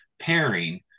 pairing